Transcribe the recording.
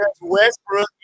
Westbrook